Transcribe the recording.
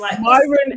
Myron